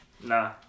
Nah